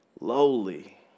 lowly